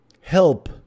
help